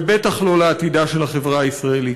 ובטח לא לעתידה של החברה הישראלית.